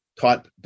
taught